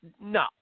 No